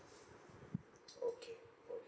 okay